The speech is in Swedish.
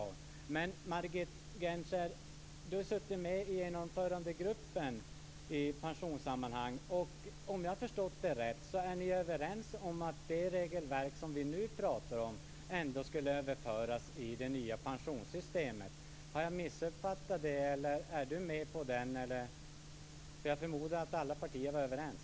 Margit Gennser har suttit med i genomförandegruppen i pensionssammanhang. Om jag har förstått det rätt är ni överens om att det regelverk som vi nu pratar om ändå skulle överföras till det nya pensionssystemet. Har jag missuppfattat det? Är Margit Gennser med på det? Jag förmodar att alla partier var överens.